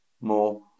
more